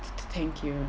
th~ thank you